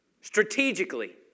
strategically